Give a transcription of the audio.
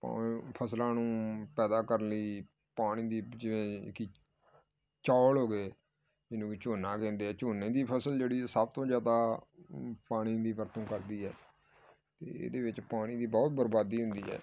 ਪਾ ਫ਼ਸਲਾਂ ਨੂੰ ਪੈਦਾ ਕਰਨ ਲਈ ਪਾਣੀ ਦੀ ਜਿਵੇਂ ਕਿ ਚੌਲ ਹੋ ਗਏ ਜਿਹਨੂੰ ਵੀ ਝੋਨਾ ਕਹਿੰਦੇ ਆ ਝੋਨੇ ਦੀ ਫ਼ਸਲ ਜਿਹੜੀ ਹੈ ਸਭ ਤੋਂ ਜ਼ਿਆਦਾ ਪਾਣੀ ਦੀ ਵਰਤੋਂ ਕਰਦੀ ਹੈ ਅਤੇ ਇਹਦੇ ਵਿੱਚ ਪਾਣੀ ਦੀ ਬਹੁਤ ਬਰਬਾਦੀ ਹੁੰਦੀ ਹੈ